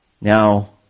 Now